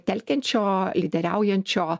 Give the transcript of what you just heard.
telkiančio lyderiaujančio